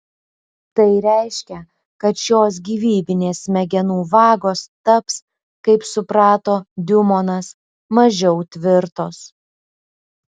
tai reiškia kad šios gyvybinės smegenų vagos taps kaip suprato diumonas mažiau tvirtos